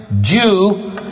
Jew